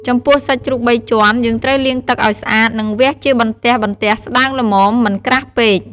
ចំពោះសាច់ជ្រូកបីជាន់ យើងត្រូវលាងទឹកឱ្យស្អាត និងវះជាបន្ទះៗស្ដើងល្មម មិនក្រាស់ពេក។